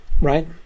right